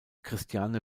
christiane